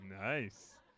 nice